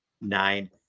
nine